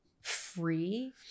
free